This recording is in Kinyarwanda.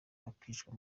bakicwa